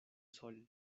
sol